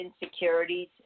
insecurities